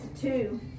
two